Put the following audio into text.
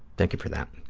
thank you for that.